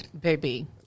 baby